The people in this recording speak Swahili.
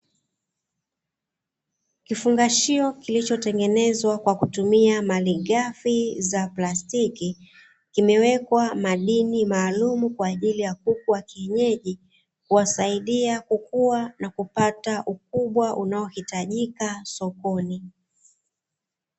Kifungashio kilichotengenezwa kwa kutumia malighafi za plastiki, kimewekwa madini maaalumu kwa ajili ya kuku wa kienyeji, kuwasaidia kukua na kupata ukubwa unaohitajika sokoni.